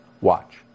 Watch